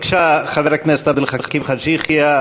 בבקשה, חבר הכנסת עבד אל חכים חאג' יחיא.